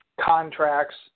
contracts